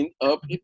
up